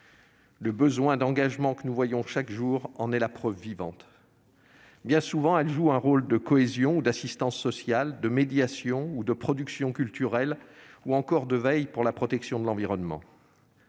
Le besoin d'engagement que nous voyons chaque jour en est la preuve vivante. Bien souvent, les associations jouent un rôle de cohésion ou d'assistance sociale, de médiation ou de production culturelle, ou encore de veille pour la protection de l'environnement.